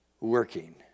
working